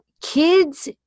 kids